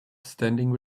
standing